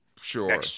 Sure